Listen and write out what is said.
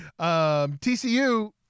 TCU